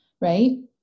right